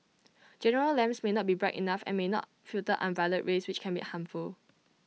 general lamps may not be bright enough and may not filter ultraviolet rich which can be harmful